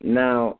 now